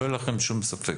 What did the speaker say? שלא יהיה לכם שום ספק,